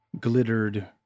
glittered